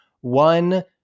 one